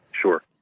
Sure